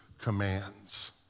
commands